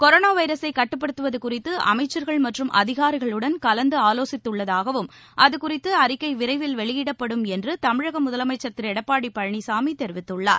corona வைரஸை கட்டுப்படுத்துவது குறித்து அமைச்சர்கள் மற்றும் அதிகாரிகளுடன் கலந்து ஆலோசித்துள்ளதாகவும் அதுகுறித்த அறிக்கை விரைவில் வெளியிடப்படும் என்று தமிழக முதலமைச்சர் திரு எடப்பாடி பழனிசாமி தெரவித்துள்ளார்